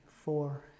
four